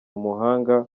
umuhanga